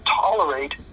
tolerate